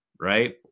right